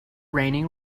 raining